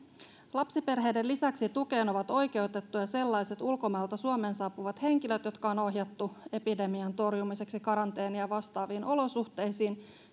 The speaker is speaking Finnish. lapsiperheiden lisäksi tukeen ovat oikeutettuja sellaiset ulkomailta suomeen saapuvat henkilöt jotka on ohjattu epidemian torjumiseksi karanteenia vastaaviin olosuhteisiin